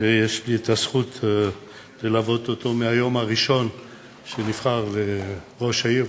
שיש לי הזכות ללוות אותו מהיום הראשון שנבחר לראש העיר,